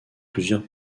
plusieurs